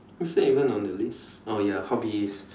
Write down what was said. is that even on the list oh ya hobbies